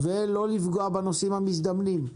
ולא לפגוע בנוסעים המזדמנים.